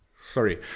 sorry